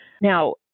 Now